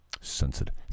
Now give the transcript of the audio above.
Sensitive